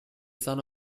son